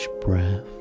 breath